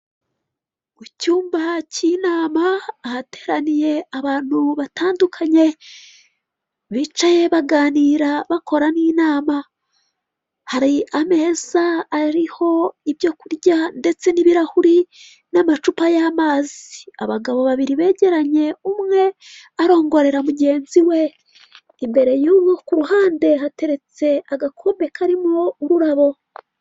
Mu cyumba k'inama ahateraniye abantu batandukanye bicaye baganira bakora n'inama, hari ameza ariho ibyo kurya ndetse n'ibirahuri n'amacupa y'amazi, abagabo babiri begeranye umwe arongorera mugenzi we imbere y'uwo ku ruhande hateretse agakombe karimo ururabo.